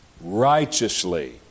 righteously